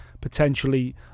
potentially